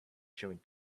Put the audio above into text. chewing